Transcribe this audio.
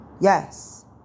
Yes